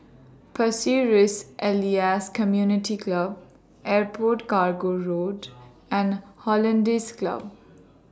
Pasir Ris Elias Community Club Airport Cargo Road and Hollandse Club